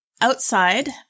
Outside